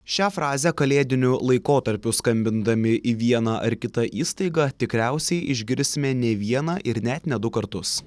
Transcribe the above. šią frazę kalėdiniu laikotarpiu skambindami į vieną ar kitą įstaigą tikriausiai išgirsime ne vieną ir net ne du kartus